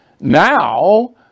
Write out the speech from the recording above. Now